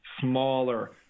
smaller